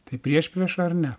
tai priešprieša ar ne